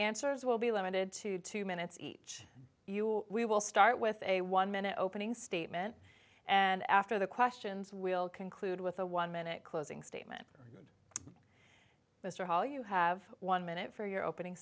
answers will be limited to two minutes each we will start with a one minute opening statement and after the questions will conclude with a one minute closing statement mr hall you have one minute for your opening